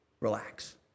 relax